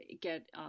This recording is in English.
get